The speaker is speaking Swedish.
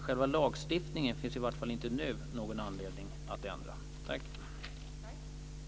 Själva lagstiftningen finns det dock inte någon anledning att ändra nu.